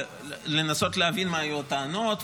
לנסות להבין מה היו הטענות,